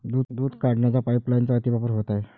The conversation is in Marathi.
दूध काढण्याच्या पाइपलाइनचा अतिवापर होत आहे